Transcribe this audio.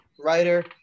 writer